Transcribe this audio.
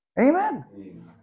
Amen